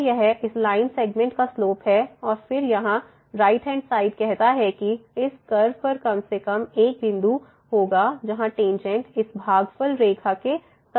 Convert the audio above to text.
तो यह इस लाइन सेगमेंट का स्लोप है और फिर यहाँ राइट हैंड साइड कहता है कि इस कर्व पर कम से कम एक बिंदु होगा जहाँ टेंजेंट इस भागफल रेखा के समानांतर होगी